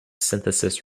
synthesis